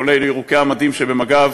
כולל ירוקי המדים שבמג"ב,